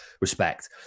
respect